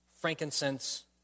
frankincense